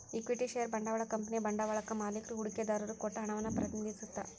equity share ಬಂಡವಾಳ ಕಂಪನಿಯ ಬಂಡವಾಳಕ್ಕಾ ಮಾಲಿಕ್ರು ಹೂಡಿಕೆದಾರರು ಕೊಟ್ಟ ಹಣವನ್ನ ಪ್ರತಿನಿಧಿಸತ್ತ